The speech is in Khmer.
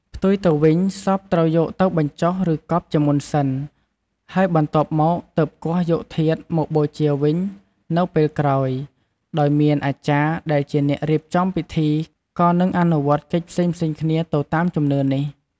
ផ្ទុយទៅវិញ សពត្រូវយកទៅបញ្ចុះ ឬកប់ ជាមុនសិន ហើយបន្ទាប់មកទើបគាស់យកធាតុមកបូជាវិញនៅពេលក្រោយ ដោយមានអាចារ្យដែលជាអ្នករៀបចំពិធី ក៏នឹងអនុវត្តកិច្ចផ្សេងៗគ្នាទៅតាមជំនឿនេះ។